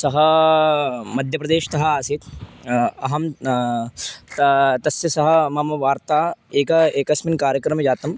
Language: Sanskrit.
सः मध्यप्रदेशतः आसीत् अहं तस्य सह मम वार्ता एक एकस्मिन् कार्यक्रमे जाता